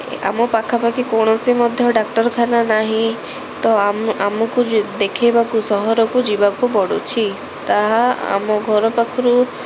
ଆମ ପାଖାପାଖି କୌଣସି ମଧ୍ୟ ଡ଼ାକ୍ତରଖାନା ନାହିଁ ତ ଆମ ଆମକୁ ଦେଖେଇବାକୁ ସହରକୁ ଯିବାକୁ ପଡ଼ୁଛି ତାହା ଆମ ଘର ପାଖରୁ